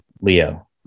Leo